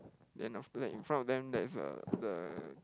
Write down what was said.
then after that in front of them there's a the